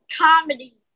comedy